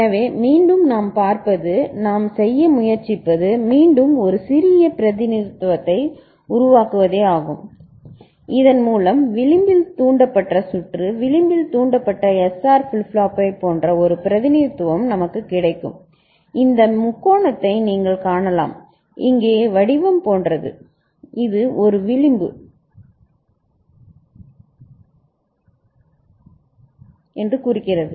எனவே மீண்டும் நாம் பார்ப்பது நாம் செய்ய முயற்சிப்பது மீண்டும் ஒரு சிறிய பிரதிநிதித்துவத்தை உருவாக்குவதேயாகும் இதன் மூலம் விளிம்பில் தூண்டப்பட்ட சுற்று விளிம்பில் தூண்டப்பட்ட எஸ்ஆர் ஃபிளிப் ஃப்ளாப்பைப் போன்ற ஒரு பிரதிநிதித்துவம் நமக்கு இருக்கும் இந்த முக்கோணத்தை நீங்கள் காணலாம் இங்கே வடிவம் போன்றது இது ஒரு விளிம்பு சரி என்று குறிக்கிறது